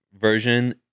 version